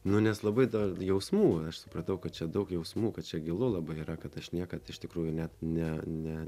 nu nes labai da jausmų aš supratau kad čia daug jausmų kad čia gilu labai yra kad aš niekad iš tikrųjų net ne ne